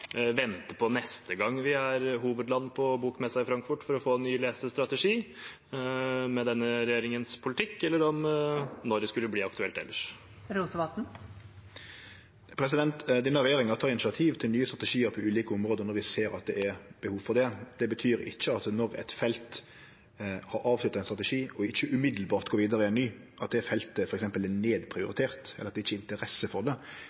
vente til neste gang vi er hovedland på bokmessen i Frankfurt, for å få ny lesestrategi med denne regjeringens politikk – eller om når det ellers skulle bli aktuelt. Denne regjeringa tek initiativ til nye strategiar på ulike område når vi ser at det er behov for det. Det betyr ikkje at når eit felt har avslutta ein strategi og ikkje straks går vidare med ein ny, er det feltet nedprioritert, eller at det ikkje er interesse for det.